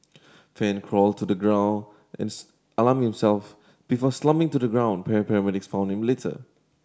fan crawled to the ground and alarm himself before slumping to the ground paramedics found him later